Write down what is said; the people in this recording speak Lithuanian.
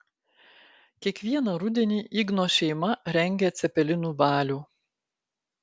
kiekvieną rudenį igno šeima rengia cepelinų balių